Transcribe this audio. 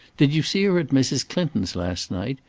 did you see her at mrs. clinton's last night.